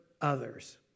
others